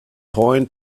point